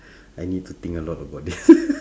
I need to think a lot about this